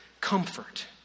comfort